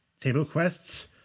TableQuests